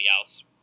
else